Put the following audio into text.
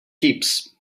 keeps